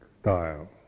style